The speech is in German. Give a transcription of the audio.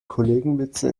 kollegenwitze